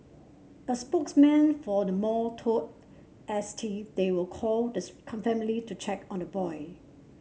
a spokesman for the mall told S T they will call the family to check on the boy